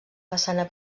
façana